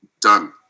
done